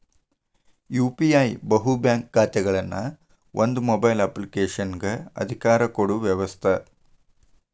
UPI ಬಹು bank ಖಾತೆಗಳನ್ನ ಒಂದ ಮೊಬೈಲ್ ಅಪ್ಲಿಕೇಶನಗ ಅಧಿಕಾರ ಕೊಡೊ ವ್ಯವಸ್ತ